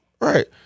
Right